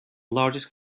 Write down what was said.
largest